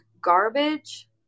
garbage